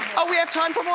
oh we have time for more,